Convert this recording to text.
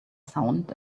sound